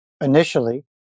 initially